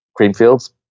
Creamfields